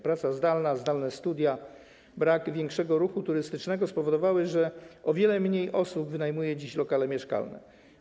Praca zdalna, zdalne studia, brak większego ruchu turystycznego spowodowały, że o wiele mniej osób wynajmuje dziś lokale mieszkalne.